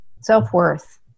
self-worth